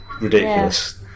ridiculous